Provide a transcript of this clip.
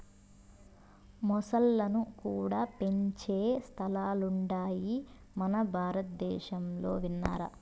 మొసల్లను కూడా పెంచే సంస్థలుండాయి మనదేశంలో విన్నారా